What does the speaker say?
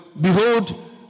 behold